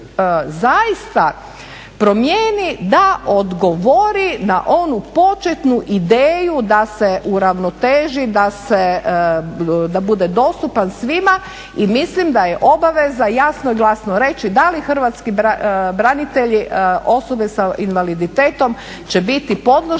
zaista promijeni, da odgovori na onu početnu ideju da se uravnoteži, da bude dostupan svima. I mislim da je obaveza jasno i glasno reći da li hrvatski branitelji, osobe sa invaliditetom će biti podložna